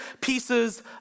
pieces